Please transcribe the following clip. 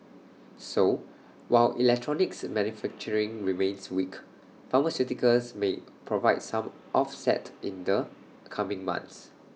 so while electronics manufacturing remains weak pharmaceuticals may provide some offset in the coming months